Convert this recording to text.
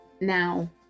Now